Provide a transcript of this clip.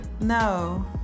No